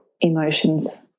emotions